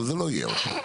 תסיימי את הדברים.